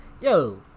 Yo